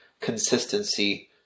consistency